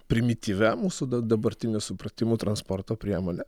primityvia mūsų da dabartiniu supratimu transporto priemone